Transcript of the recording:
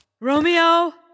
Romeo